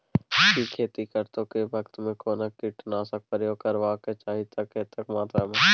की खेत करैतो वक्त भी कोनो कीटनासक प्रयोग करबाक चाही त कतेक मात्रा में?